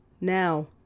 Now